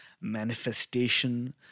manifestation